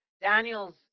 Daniel's